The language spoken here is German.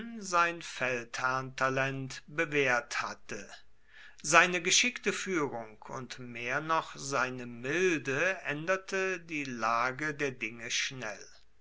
sein feldherrntalent bewährt hatte seine geschickte führung und mehr noch seine milde änderte die lage der dinge schnell